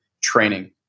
training